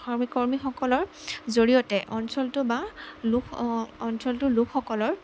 আশা কৰ্মীসকলৰ জড়িয়তে অঞ্চলটো বা লোক অঞ্চলটোৰ লোকসকলৰ